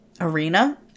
arena